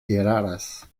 eraras